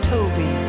Toby